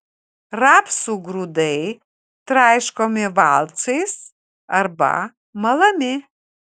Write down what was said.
rapsų grūdai traiškomi valcais arba malami